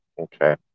okay